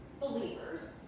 believers